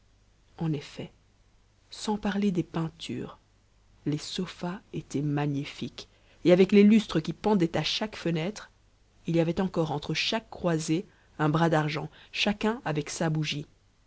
en effet sans parler des peintures les sofas étaient magnifiques et avec les lustres qui pendaient à chaque fenêtre il y avait encore entre chaque croisée un bras d'argent chacun avec sa bougie